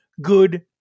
good